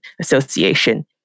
Association